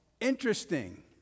Interesting